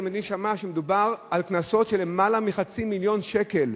מדובר על קנסות של למעלה מחצי מיליון שקל.